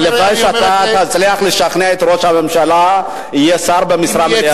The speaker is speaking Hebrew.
הלוואי שאתה תצליח לשכנע את ראש הממשלה שיהיה שר במשרה מלאה.